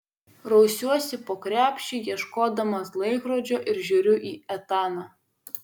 rausiuosi po krepšį ieškodamas laikrodžio ir žiūriu į etaną